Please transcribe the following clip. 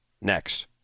next